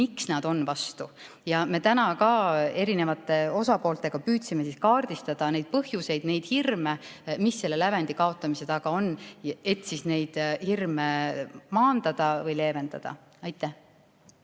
miks nad on vastu. Me täna erinevate osapooltega püüdsime kaardistada neid põhjuseid, neid hirme, mis selle lävendi kaotamise taga on, et neid hirme maandada või leevendada. Aitäh!